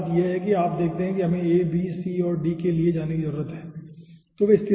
पहली बात यह है कि आप देखते हैं कि हमें a b c और d के लिए जाने की जरूरत है